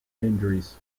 injuries